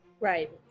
Right